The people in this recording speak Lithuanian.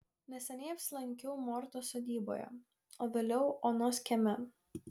neseniai apsilankiau mortos sodyboje o vėliau onos kieme